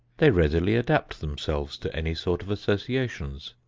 they readily adapt themselves to any sort of associations.